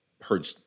heard